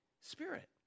Spirit